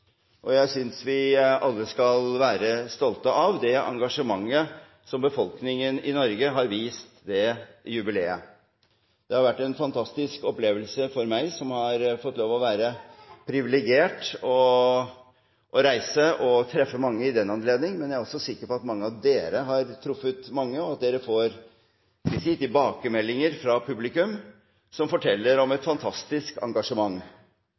og jeg synes vi alle skal være stolte av det engasjementet som befolkningen i Norge har vist ved jubileet. Det har vært en fantastisk opplevelse for meg, som har vært privilegert og fått lov til å reise og treffe mange i den anledning, men jeg er også sikker på at mange av dere har truffet mange, og at dere får tilbakemeldinger fra publikum, som forteller om et fantastisk engasjement.